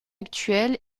actuel